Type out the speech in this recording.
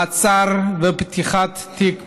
מעצר ופתיחת תיק פלילי.